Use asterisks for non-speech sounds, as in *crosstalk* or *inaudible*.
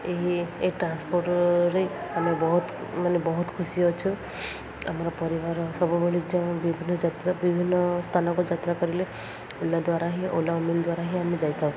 ଏହି ଏ ଟ୍ରାନ୍ସପୋର୍ଟରେ ଆମେ ବହୁତମାନେ ବହୁତ ଖୁସି ଅଛୁ ଆମର ପରିବାର ସବୁବେଳେ ଯେଉଁ ବିଭିନ୍ନ ଯାତ୍ରା ବିଭିନ୍ନ ସ୍ଥାନକୁ ଯାତ୍ରା କରିଲେ ଓଲା ଦ୍ୱାରା ହିଁ ଓଲା *unintelligible* ଦ୍ୱାରା ଆମେ ଯାଇଥାଉ